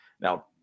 now